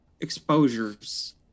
exposures